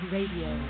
Radio